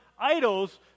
Idols